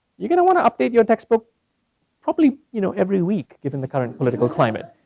you're gonna wanna update your textbook probably you know every week, even the current political climate.